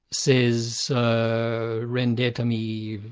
says render to me.